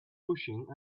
pushing